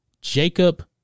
Jacob